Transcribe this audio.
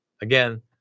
Again